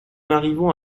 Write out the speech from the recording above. arrivons